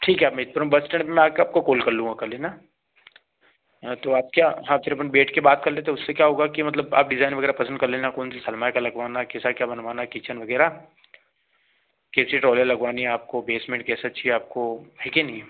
ठीक है अब मैं तुरंत बस इस्टैंड पर मैं आ कर आपको कोल कर लूँगा कल ही ना हाँ तो आप क्या हाँ फिर अपन बैठ के बात कर लेते उससे क्या होगा कि मतलब आप डिज़ाइन वगैरह पसंद कर लेना कौन सी सनमाइका लगवाना है कैसा क्या बनवाना है किचन वगैरह कैसी ट्रोलियाँ लगवानी आपको बेसमेंट कैसा चाहिए आपको है कि नहीं